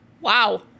Wow